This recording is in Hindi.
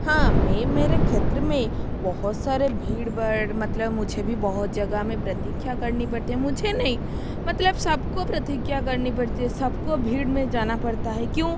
हाँ मैं मेरे क्षेत्र में बहुत सारी भीड़ भाड़ मतलब मुझे भी बहुत जगह में प्रतीक्षा करनी पड़ती है मुझे नहीं मतलब सब को प्रतीक्षा करनी पड़ती है सब को भीड़ में जाना पड़ता है क्यों